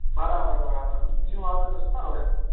બરાબર બરાબર ન્યુ આપે તો સારું એમ